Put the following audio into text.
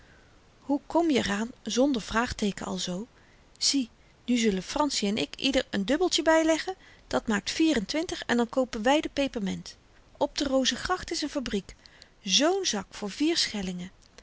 hoe kom je r aan zonder vraagteeken alzoo zie nu zullen franssie en ik ieder n dubbeltje byleggen dat maakt vierentwintig en dan koopen wy de peperment op de rozengracht is n fabriek z'n zak voor vier schellingen